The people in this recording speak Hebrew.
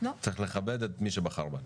צריך לכבד את מי שבחר בנו.